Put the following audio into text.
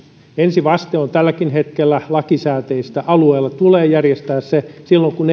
ensivaste on tälläkin hetkellä lakisääteistä alueella tulee järjestää se silloin kun